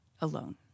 alone